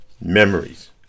memories